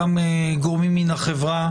גם גורמים מהחברה